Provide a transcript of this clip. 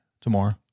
tomorrow